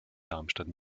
darmstadt